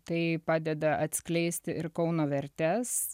tai padeda atskleisti ir kauno vertes